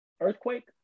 earthquake